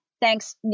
thanks